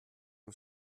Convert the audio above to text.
dem